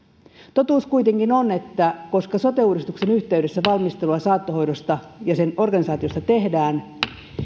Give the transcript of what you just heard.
totuus kuitenkin on että koska sote uudistuksen yhteydessä valmistelua saattohoidosta ja sen organisaatiosta tehdään